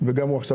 כמו יוסי אשכנזי,